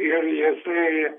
ir jisai